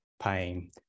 pain